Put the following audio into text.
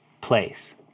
place